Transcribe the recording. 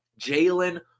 Jalen